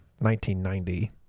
1990